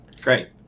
Great